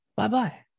Bye-bye